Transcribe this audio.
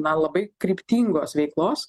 na labai kryptingos veiklos